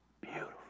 beautiful